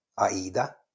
AIDA